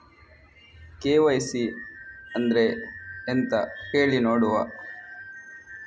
KYC ಅಂದ್ರೆ ಎಂತ ಹೇಳಿ ನೋಡುವ?